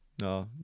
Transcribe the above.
No